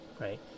right